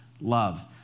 love